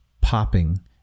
popping